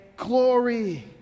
Glory